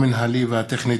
המינהלי והטכני.